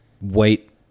wait